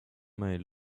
may